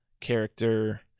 character